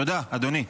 תודה, אדוני.